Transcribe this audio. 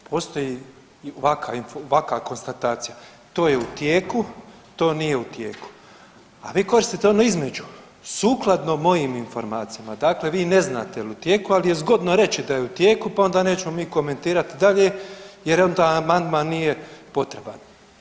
Postoji … konstatacija, to je u tijeku to nije u tijeku, a vi koristite ono između sukladno mojim informacijama, dakle vi ne znate jel u tijeku, ali je zgodno reći da je u tijeku pa onda nećemo mi komentirati dalje jer onda amandman nije potreban.